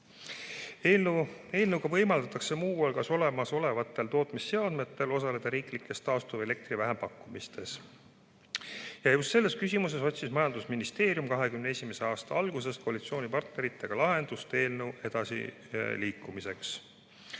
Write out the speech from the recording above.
Eelnõuga võimaldatakse muu hulgas olemasolevate tootmisseadmete [omanikel] osaleda riiklikes taastuvelektri vähempakkumistes ja just selles küsimuses otsis majandusministeerium 2021. aasta algusest koalitsioonipartneritega lahendust eelnõuga edasiliikumiseks.